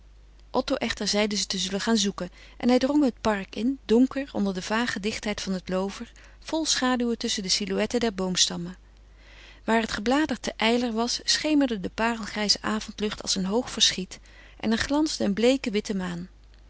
echter zeide ze te zullen gaan zoeken en hij drong het park in donker onder de vage dichtheid van het loover vol schaduwen tusschen de silhouetten der boomstammen waar het gebladerte ijler was schemerde de parelgrijze avondlucht als een hoog verschiet en er glansde een bleeke witte maan